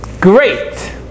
great